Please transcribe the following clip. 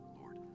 Lord